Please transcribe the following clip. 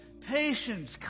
patience